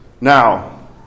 Now